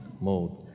mode